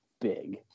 big